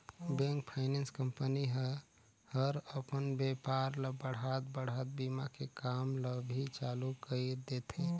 bank, finance company ह हर अपन बेपार ल बढ़ात बढ़ात बीमा के काम ल भी चालू कइर देथे